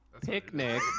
Picnic